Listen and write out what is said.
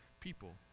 people